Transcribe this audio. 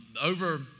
Over